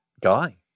guy